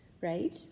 right